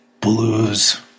blues